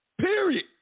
Period